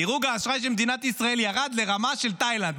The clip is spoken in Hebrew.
דירוג האשראי של מדינת ישראל ירד לרמה של תאילנד.